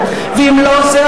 ואם לא זה,